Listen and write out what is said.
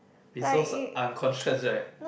be so sub unconscious right